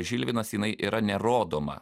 žilvinas jinai yra nerodoma